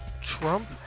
Trump